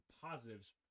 positives